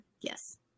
yes